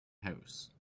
house